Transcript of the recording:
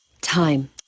Time